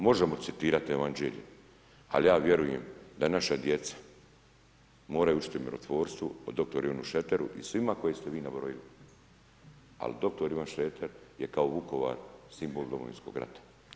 Možemo citirati evanđelje, ali ja vjerujem da naša djeca, moraju učiti o mirotvorstvu, o doktoru Ivanu Šreteru i svima koje ste vi nabrojili, ali doktor Ivan Šreter je kao Vukovar simbol Domovinskog rata.